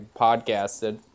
podcasted